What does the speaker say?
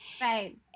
Right